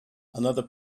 another